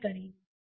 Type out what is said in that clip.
कुछ चीजें हैं